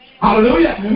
Hallelujah